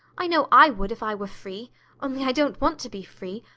i know i would if i were free only i don't want to be free.